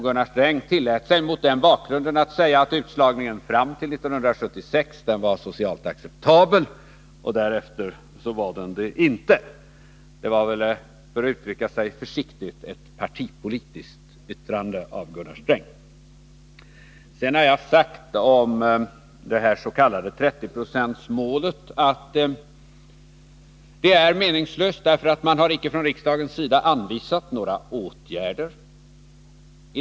Gunnar Sträng tillät sig mot den bakgrunden att säga att utslagningen fram till 1976 var socialt acceptabel. Därefter var den det inte. Det var väl, för att uttrycka sig försiktigt, ett partipolitiskt yttrande av Gunnar Sträng. Jag har sagt att det s.k. 30-procentsmålet är meningslöst, därför att riksdagen inte i det sammanhanget har anvisat några åtgärder.